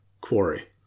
quarry